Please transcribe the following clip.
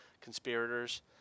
conspirators